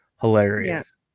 hilarious